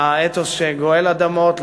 לאתוס שגואל אדמות,